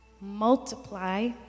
multiply